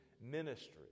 ministry